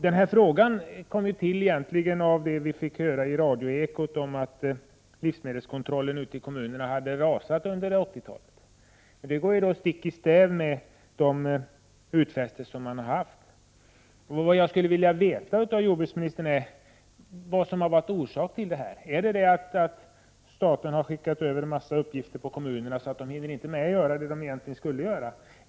Min fråga kom till efter ett inslag i Radioekot om att livsmedelskontrollen ute i kommunerna kraftigt försämrats under 1980-talet. Det går stick i stäv mot de utfästelser som gjorts. Jag skulle vilja få ett besked av jordbruksministern om vad som varit orsaken. Är orsaken att staten lagt över en mängd uppgifter på kommunerna, så att de inte hinner med det de egentligen skall göra?